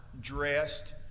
dressed